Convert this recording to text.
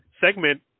segment